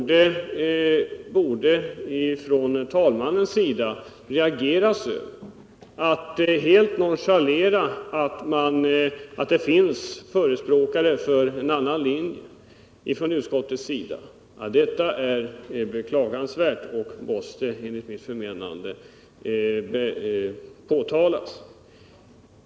Det är beklagansvärt att man från utskottets sida helt kan nonchalera det faktum att det finns förespråkare för en annan linje, och detta måste enligt mitt förmenande påtalas.